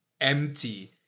empty